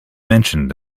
mentioned